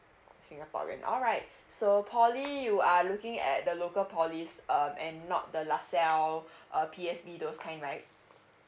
singaporean alright so poly you are looking at the local poly um and not the lasalle uh P_S_D those kind right